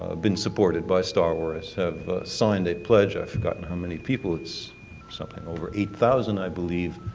ah been supported by star wars have signed a pledge, i've forgotten how many people, it's something over eight thousand i believe,